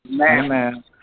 Amen